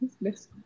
Miss